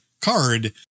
card